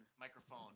Microphone